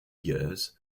years